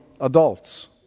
adults